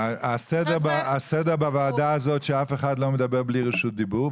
הסדר בוועדה הזאת הוא שאף אחד לא מדבר בלי רשות דיבור,